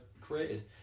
created